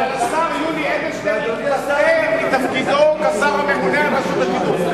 אבל השר יולי אדלשטיין התפטר מתפקידו כשר הממונה על רשות השידור.